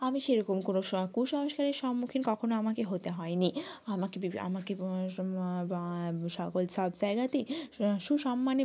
আমি সেরকম কোনো কুসংস্কারের সম্মুখীন কখনো আমাকে হতে হয় নি আমাকে বিভি আমাকে সকল সব জায়গাতেই সুসন্মানে